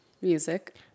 music